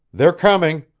they're coming.